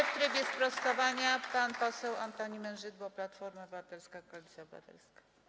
W trybie sprostowania, pan poseł Antoni Mężydło, Platforma Obywatelska - Koalicja Obywatelska.